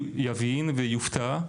יבין ויופתע,